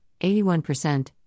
81%